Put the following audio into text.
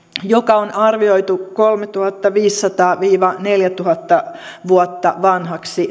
joka on arvioitu kolmetuhattaviisisataa viiva neljätuhatta vuotta vanhaksi